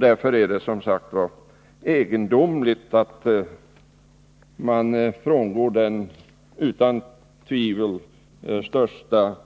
Därför är det, som sagt, egendomligt att gå ifrån den utan tvivel största